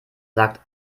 sagt